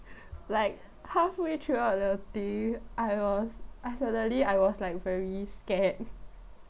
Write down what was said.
like halfway throughout the thing I was I suddenly I was like very scared